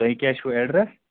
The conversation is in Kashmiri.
تۄہہِ کیٛاہ چھُو اٮ۪ڈرَس